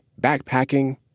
backpacking